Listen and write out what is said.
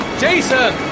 Jason